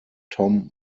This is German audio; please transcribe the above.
tom